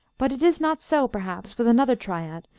but it is not so, perhaps, with another triad,